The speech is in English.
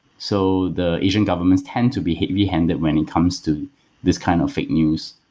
so the asian governments tend to be heavy handed when it comes to this kind of fake news,